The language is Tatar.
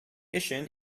өчен